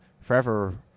Forever